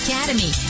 Academy